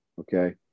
okay